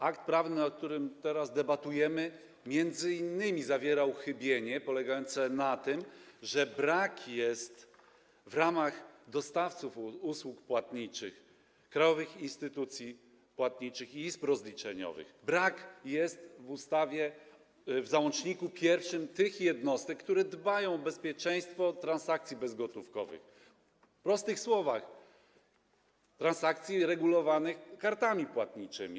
Akt prawny, nad którym teraz debatujemy, zawiera m.in. uchybienie polegające na tym, że brakuje w ramach dostawców usług płatniczych krajowych instytucji płatniczych i izb rozliczeniowych, brakuje w ustawie, w załączniku pierwszym, tych jednostek, które dbają o bezpieczeństwo transakcji bezgotówkowych, prostymi słowami: transakcji regulowanych kartami płatniczymi.